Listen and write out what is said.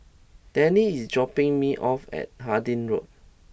Tennie is dropping me off at Harding Road